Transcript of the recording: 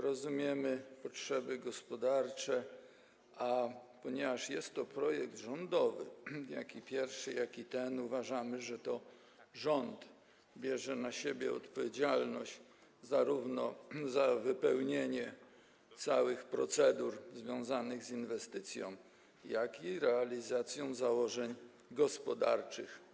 Rozumiemy potrzeby gospodarcze, a ponieważ jest to projekt rządowy, i pierwszy, i ten, uważamy, że to rząd bierze na siebie odpowiedzialność zarówno za dopełnienie całych procedur związanych z inwestycją, jak i realizację założeń gospodarczych.